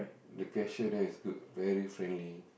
the cashier there is good very friendly